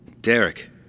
Derek